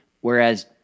Whereas